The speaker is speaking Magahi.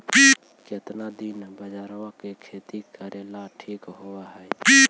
केतना दिन बाजरा के खेती करेला ठिक होवहइ?